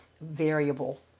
variable